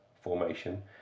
formation